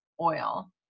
oil